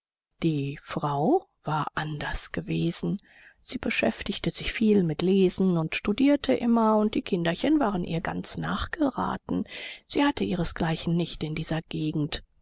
die frau war anders gewesen sie beschäftigte sich viel mit lesen und studierte immer und die kinderchen waren ihr ganz nachgeraten sie hatten ihresgleichen nicht in dieser gegend